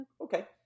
okay